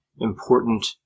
important